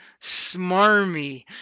smarmy